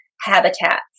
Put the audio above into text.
habitat